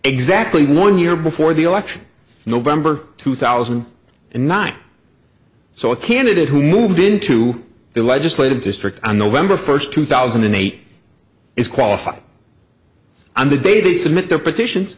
exactly one year before the election november two thousand and nine so a candidate who moved into the legislative district on november first two thousand and eight is qualified on the baby submit their petitions